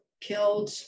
killed